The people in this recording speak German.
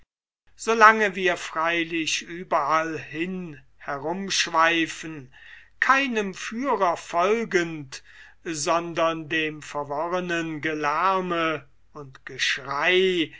lange wir freilich überallhin herumschweifen keinem führer folgend sondern dem verworrenen gelärme und geschrei